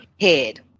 head